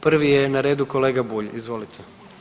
Prvi je na redu kolega Bulj, izvolite.